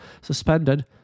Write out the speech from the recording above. suspended